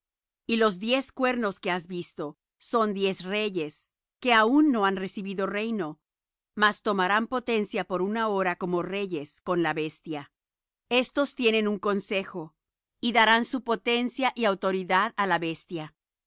y los diez cuernos que has visto son diez reyes que aun no han recibido reino mas tomarán potencia por una hora como reyes con la bestia estos tienen un consejo y darán su potencia y autoridad á la bestia